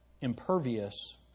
impervious